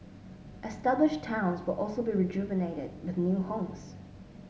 established towns will also be rejuvenated with new homes